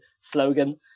slogan